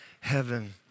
heaven